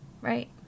Right